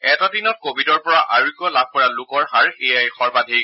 এটা দিনত কভিডৰ পৰা আৰোগ্য লাভ কৰা লোকৰ হাৰ এয়াই সৰ্বাধিক